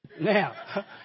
Now